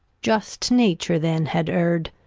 just nature then had err'd.